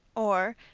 or,